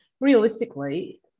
Realistically